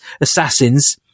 assassins